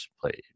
played